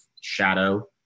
shadow